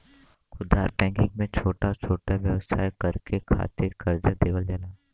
खुदरा बैंकिंग में छोटा छोटा व्यवसाय करे के खातिर करजा देवल जाला